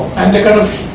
and they kind of